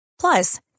Plus